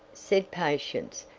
said patience,